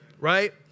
right